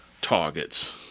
targets